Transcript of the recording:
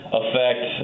affect